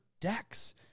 decks